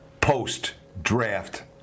post-draft